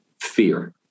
Fear